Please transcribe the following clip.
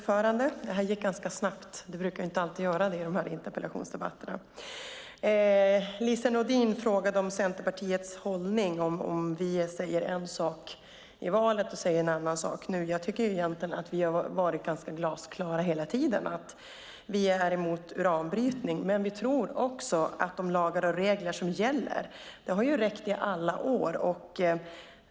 Fru talman! Lise Nordin frågade om Centerpartiets hållning och om vi säger en sak i valet och en annan sak nu. Jag tycker egentligen att vi har varit ganska glasklara hela tiden: Vi är emot uranbrytning. Men de lagar och regler som gäller har räckt i alla år.